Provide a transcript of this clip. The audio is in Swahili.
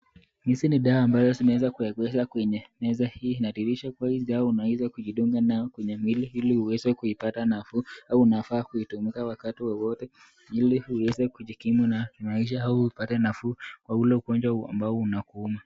Hizi ni dawa ambazo zimeeza kuwekwa kwenye meza hii inadhirisha kuwa hizi dawa unaweza kujidunga nao kwenye mwili ili uweze kupata nafuu au unafaa kutumika wakati wowote ili uweze kujikimu na maisha au upate nafuu kwa ule ugonjwa ambao unakuuuma .